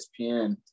ESPN